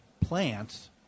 plants